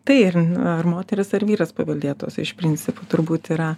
tai ir ar moteris ar vyras paveldėtojas iš principo turbūt yra